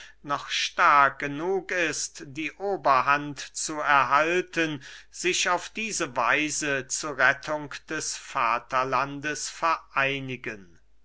noch stark genug ist die oberhand zu erhalten sich auf diese weise zu rettung des vaterlandes vereinigen